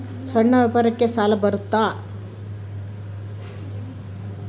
ಸಣ್ಣ ವ್ಯಾಪಾರಕ್ಕ ಸಾಲ ಬರುತ್ತಾ?